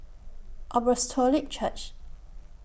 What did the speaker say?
Apostolic Church